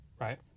Right